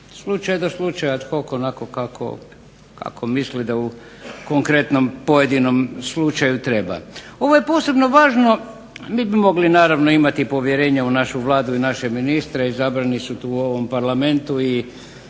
slučaja do slučaju kako misli da u konkretnom pojedinom slučaju treba. Ovo je posebno važno mi bi mogli imati povjerenja u našu Vladu i naše ministre, izabrani su tu u ovom Parlamentu